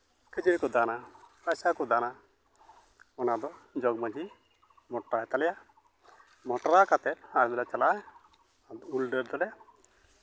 ᱠᱤᱪᱨᱤᱡᱽ ᱠᱚ ᱫᱟᱱᱟ ᱯᱚᱭᱥᱟ ᱠᱚ ᱫᱟᱱᱟ ᱚᱱᱟ ᱫᱚ ᱡᱚᱜᱽ ᱢᱟᱺᱡᱷᱤᱭ ᱢᱚᱴᱨᱟᱭ ᱛᱟᱞᱮᱭᱟ ᱢᱚᱴᱨᱟ ᱠᱟᱛᱮᱫ ᱟᱫᱞᱮ ᱪᱟᱞᱟᱜᱼᱟ ᱟᱫᱚ ᱩᱞ ᱰᱟᱹᱨ ᱫᱚᱞᱮ